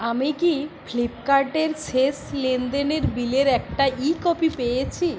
আমি কি ফ্লিপকার্টের শেষ লেনদেনের বিলের একটা ই কপি পেয়েছি